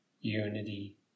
Unity